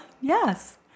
Yes